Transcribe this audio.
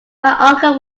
uncle